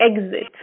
exit